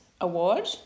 Award